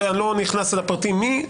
אני לא נכנס לפרטים מי,